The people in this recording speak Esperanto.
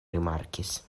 rimarkis